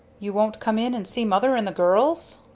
you won't come in and see mother and the girls?